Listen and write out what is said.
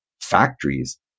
factories